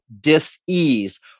dis-ease